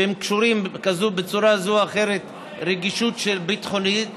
שקשורים בצורה זו אחרת לרגישות ביטחונית,